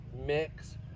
mix